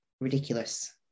ridiculous